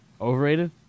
overrated